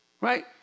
Right